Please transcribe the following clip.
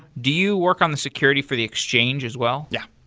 do you work on the security for the exchange as well? yeah.